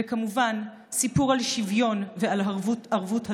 וכמובן, סיפור על שוויון ועל ערבות הדדית.